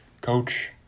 Coach